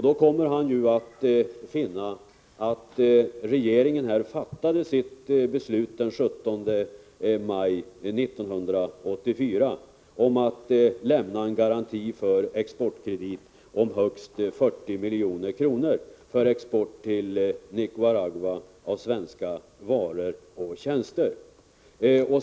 Då bör han ha funnit att regeringen fattade beslut den 17 maj 1984 om att lämna en garanti för exportkredit om högst 40 milj.kr. för export till Nicaragua av svenska varor och tjänster.